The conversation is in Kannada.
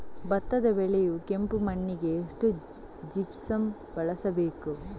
ಭತ್ತ ಬೆಳೆಯುವ ಕೆಂಪು ಮಣ್ಣಿಗೆ ಎಷ್ಟು ಜಿಪ್ಸಮ್ ಬಳಸಬೇಕು?